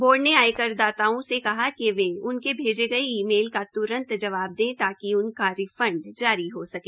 board ने आयकर दाताओं से कहा कि वे उनके भेजे गये ई मेल का त्रंत जवाब दे ताकि उनका रिफंड जारी हो सके